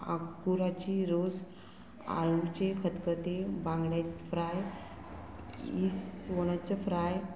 आंकुराची रोस आळूचें खतखतें बांगडे फ्राय इस्वोणाचें फ्राय